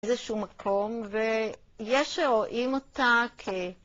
איזה שהוא מקום, ויש שרואים אותה כ...